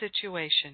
situation